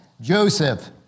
Joseph